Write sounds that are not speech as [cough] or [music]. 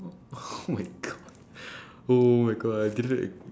oh [noise] oh my god [breath] oh my god [wah] I didn't